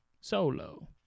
Solo